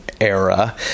Era